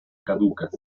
caducas